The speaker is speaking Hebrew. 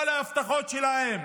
כל ההבטחות שלהם